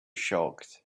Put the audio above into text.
shocked